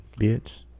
bitch